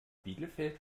bielefeld